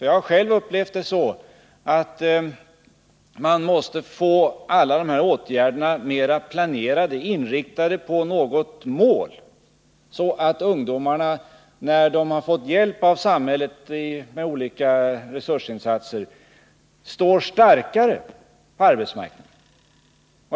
Jag har själv upplevt att vi måste få alla de här åtgärderna mer inriktade på något mål, så att ungdomarna när de fått hjälp av samhället genom olika resurser, står starkare på arbetsmarknaden.